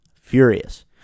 furious